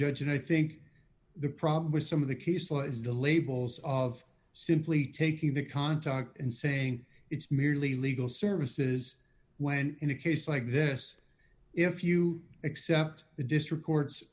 judge and i think the problem with some of the case law is the labels of simply taking the contact and saying it's merely legal services when in a case like this if you accept the district court